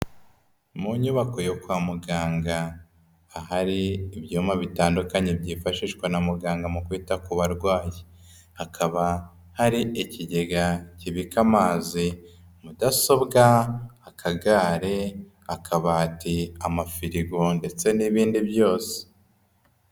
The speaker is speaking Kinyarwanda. Mu nyubako yo kwa muganga, ahari ibyuma bitandukanye byifashishwa na muganga mu kwita ku barwayi. Hakaba hari ikigega kibika amazi, Mudasobwa, akagare, akabati, amafirigo ndetse n'ibindi byose.